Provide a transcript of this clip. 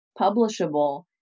publishable